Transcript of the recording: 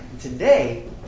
Today